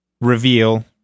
reveal